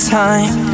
time